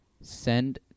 send